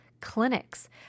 clinics